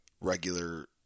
regular